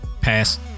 pass